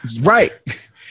Right